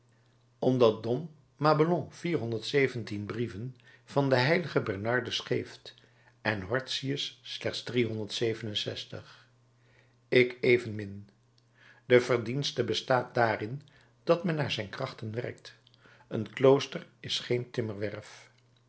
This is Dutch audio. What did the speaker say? niet omdat dom mabellon brieven van den h bernardus geeft en horstius slechts ik evenmin de verdienste bestaat daarin dat men naar zijn krachten werkt een klooster is geen timmerwerf